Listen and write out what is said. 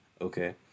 Okay